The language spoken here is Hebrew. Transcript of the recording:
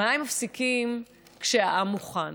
המים מפסיקים כשהעם מוכן